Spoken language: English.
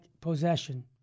possession